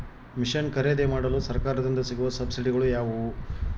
Mission ಖರೇದಿಮಾಡಲು ಸರಕಾರದಿಂದ ಸಿಗುವ ಸಬ್ಸಿಡಿಗಳು ಯಾವುವು?